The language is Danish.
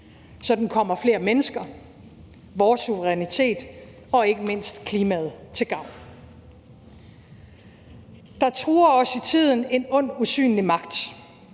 så den kommer flere mennesker, vores suverænitet og ikke mindst klimaet til gavn. »Der truer os i tiden en ond, usynlig magt.«